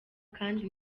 kandi